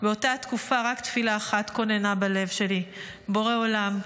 באותה תקופה רק תפילה אחת קיננה בלב שלי: בורא עולם,